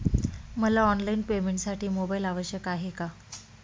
मला ऑनलाईन पेमेंटसाठी मोबाईल आवश्यक आहे का?